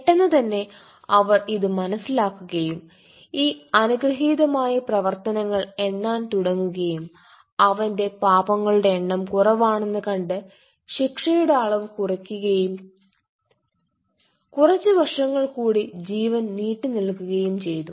പെട്ടെന്നുതന്നെ അവർ ഇത് മനസ്സിലാക്കുകയും ഈ അനുഗ്രഹീതമായ പ്രവർത്തനങ്ങൾ എണ്ണാൻ തുടങ്ങുകയും അവന്റെ പാപങ്ങളുടെ എണ്ണം കുറവാണെന്ന് കണ്ട് ശിക്ഷയുടെ അളവ് കുറയുകയും കുറച്ച് വർഷങ്ങൾ കൂടി ജീവൻ നീട്ടി നൽകുകയും ചെയ്തു